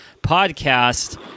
podcast